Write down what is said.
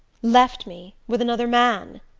left me? with another man?